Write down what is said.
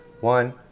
one